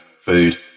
food